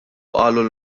qalu